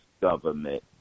government